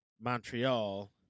Montreal